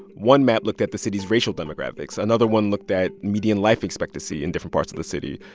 one map looked at the city's racial demographics. another one looked at median life expectancy in different parts of the city.